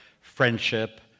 friendship